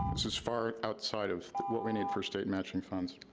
this is far outside of what we need for state matching funds.